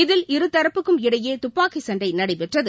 இதில் இருதரப்புக்கும் இடையே துப்பாக்கிச்சண்டை நடைபெற்றது